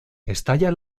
estalla